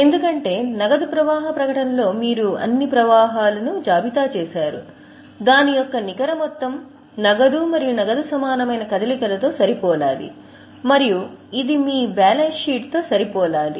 ఎందుకంటే నగదు ప్రవాహ ప్రకటనలో మీరు అన్ని ప్రవాహాలు మరియు ప్రవాహాలను జాబితా చేసారు దాని యొక్క నికర మొత్తం నగదు మరియు నగదు సమానమైన కదలికలతో సరిపోలాలి మరియు ఇది మీ బ్యాలెన్స్ షీట్తో సరిపోలాలి